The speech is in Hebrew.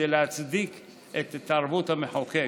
יש כדי להצדיק את התערבות המחוקק